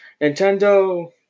Nintendo